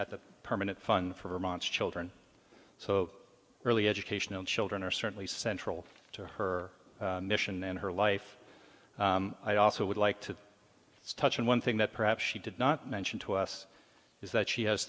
at the permanent fun for monster children so early education and children are certainly central to her mission and her life i also would like to touch on one thing that perhaps she did not mention to us is that she has